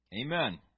Amen